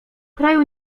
kraju